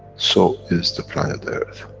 so is the planet earth,